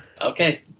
Okay